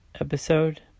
episode